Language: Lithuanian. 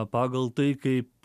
pagal tai kaip